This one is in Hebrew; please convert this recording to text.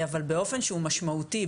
אבל באופן שהוא משמעותי,